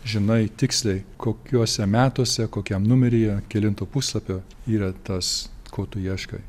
žinai tiksliai kokiuose metuose kokiam numeryje kelinto puslapio yra tas ko tu ieškai